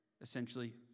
essentially